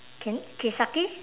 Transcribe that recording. kin~ kiseki